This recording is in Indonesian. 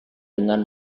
dengan